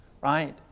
right